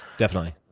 definitely.